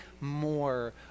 more